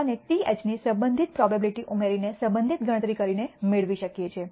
અને TH ની સંબંધિત પ્રોબેબીલીટી ઉમેરીને સંબંધિત ગણતરી કરીને મેળવી શકીએ છીએ